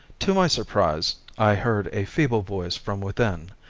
to my surprise, i heard a feeble voice from within,